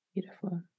Beautiful